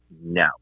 no